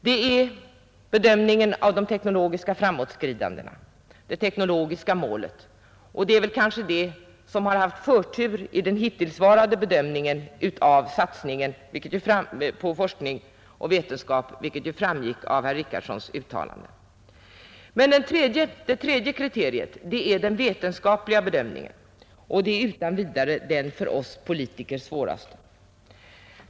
Det är också bedömningen av det teknologiska framåtskridandet, det teknologiska målet; den har kanske haft förtur i den hittillsvarande satsningen på forskning och vetenskap, vilket också framgick av herr Richardsons uttalande. Det tredje kriteriet är den vetenskapliga bedömningen, och det är utan vidare den för oss politiker svåraste.